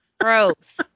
gross